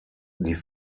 die